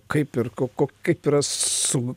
kaip ir ko ko kaip yra su